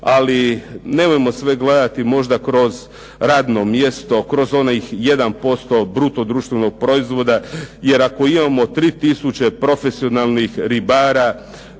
ali nemojmo sve gledati možda kroz radno mjesto, kroz onih 1% bruto-društvenog proizvoda, jer ako imamo 3000 profesionalnih ribara,